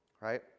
right